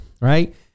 right